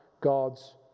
God's